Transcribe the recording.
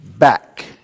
back